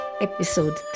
episode